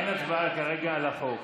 אין הצבעה כרגע על החוק.